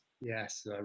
yes